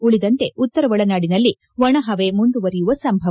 ಉಳಿದಂತೆ ಉತ್ತರ ಒಳನಾಡಿನಲ್ಲಿ ಒಣಹವೆ ಮುಂದುವರೆಯುವ ಸಂಭವ